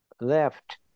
left